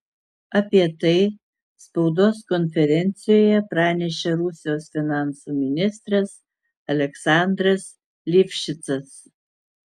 apie tai spaudos konferencijoje pranešė rusijos finansų ministras aleksandras livšicas